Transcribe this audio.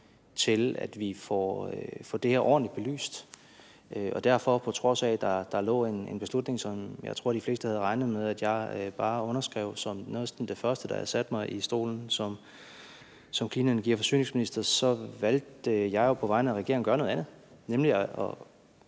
til, at vi får det her ordentligt belyst. Så på trods af at der lå en beslutning, som jeg tror at de fleste havde regnet med, at jeg som noget af det første bare ville underskrive, da jeg satte mig i stolen som klima-, energi- og forsyningsminister, valgte jeg på vegne af regeringen at gøre noget andet, nemlig at